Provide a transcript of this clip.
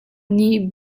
nih